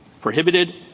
Prohibited